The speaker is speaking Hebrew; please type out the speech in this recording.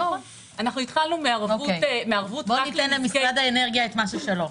ניתן למשרד האנרגיה את מה ששלו.